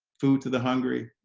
food to the hungry,